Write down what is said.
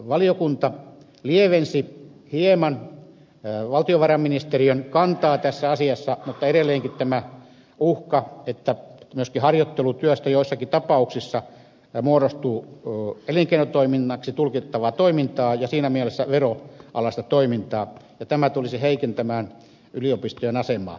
valiokunta lievensi hieman valtiovarainministeriön kantaa tässä asiassa mutta edelleenkin on uhka että myöskin harjoittelutyöstä joissakin tapauksissa muodostuu elinkeinotoiminnaksi tulkittavaa toimintaa ja siinä mielessä veronalaista toimintaa ja tämä tulisi heikentämään yliopistojen asemaa